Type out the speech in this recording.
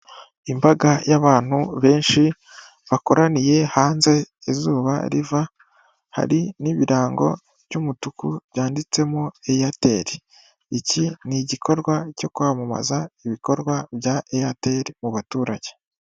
Imbaga y'abantu benshi bakoraniye hanze izuba riva, hari n'ibirango by'umutuku byanditsemo Airtel, Iki ni igikorwa cyo kwamamaza ibikorwa bya Airtel mu baturage.